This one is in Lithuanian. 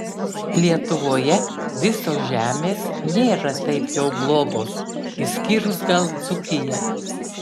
lietuvoje visos žemės nėra taip jau blogos išskyrus gal dzūkiją